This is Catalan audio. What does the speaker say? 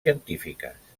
científiques